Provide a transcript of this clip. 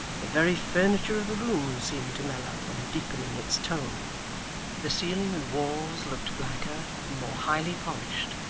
the very furniture of the room seemed to mellow and deepen in its tone the ceiling and walls looked blacker and more highly polished,